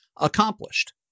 accomplished